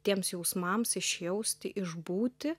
tiems jausmams išjausti išbūti